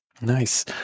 nice